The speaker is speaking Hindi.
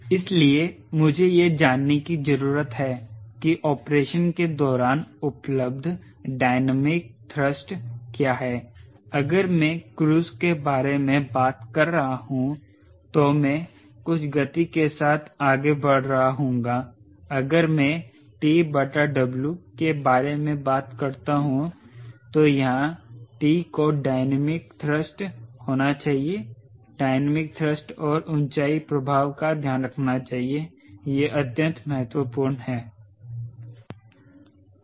इसलिए मुझे यह जानने की जरूरत है कि ऑपरेशन के दौरान उपलब्ध डायनामिक थ्रस्ट क्या है अगर मैं क्रूज के बारे में बात कर रहा हूं तो मैं कुछ गति के साथ आगे बड़ रहा हूंगा अगर मैं TW के बारे में बात करता हूं तो यहां T को डायनामिक थ्रस्ट होना चाहिए डायनामिक थ्रस्ट और ऊंचाई प्रभाव का ध्यान रखना चाहिए यह अत्यंत महत्वपूर्ण है